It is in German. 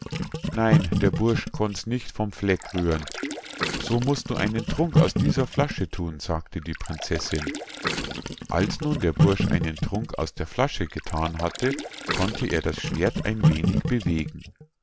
nein der bursch konnt's nicht vom fleck rühren so musst du einen trunk aus dieser flasche thun sagte die prinzessinn als nun der bursch einen trunk aus der flasche gethan hatte konnte er das schwert ein wenig bewegen